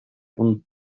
und